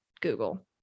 Google